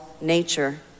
nature